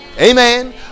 Amen